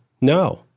No